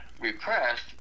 repressed